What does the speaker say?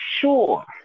sure